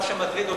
מה שמטריד אותי,